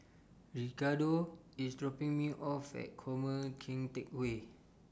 Ricardo IS dropping Me off At Former Keng Teck Whay